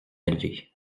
élevé